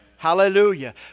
Hallelujah